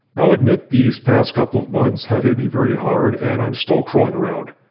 i'll admit these past couple of months have hit me very hard and i'm still crawling around.